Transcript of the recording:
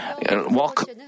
walk